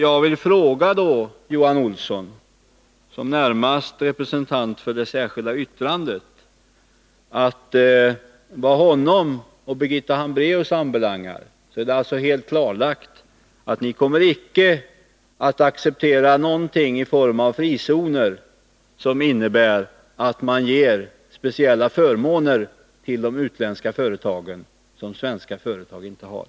Jag vill fråga Johan Olsson som närmaste representant för det särskilda yttrandet om det är helt klart, vad honom och Birgitta Hambraeus anbelangar, att ni inte kommer att acceptera någon form av frizoner som innebär speciella förmåner till utländska företag som svenska företag inte har.